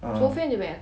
a'ah